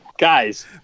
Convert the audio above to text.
Guys